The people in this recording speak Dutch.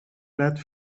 laat